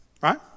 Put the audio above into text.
Right